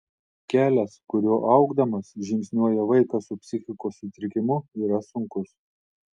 kelias kuriuo augdamas žingsniuoja vaikas su psichikos sutrikimu yra sunkus